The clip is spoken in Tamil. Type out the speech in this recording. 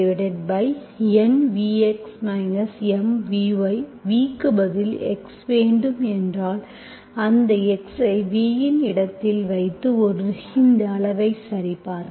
Vக்கு பதில் x வேண்டும் என்றால் அந்த x ஐ v இன் இடத்தில் வைத்து இந்த அளவை சரிபார்க்க